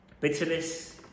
bitterness